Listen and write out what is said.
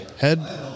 Head